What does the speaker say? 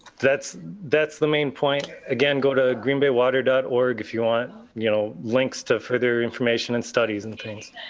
that's that's the main point. again, go to greenbaywater dot org if you want you know links to further information and studies and things.